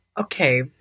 Okay